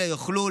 אלא יוכלו,